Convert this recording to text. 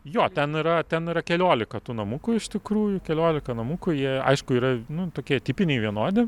jo ten yra ten yra keliolika tų namukų iš tikrųjų keliolika namukų jie aišku yra nu tokie tipiniai vienodi